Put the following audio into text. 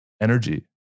energy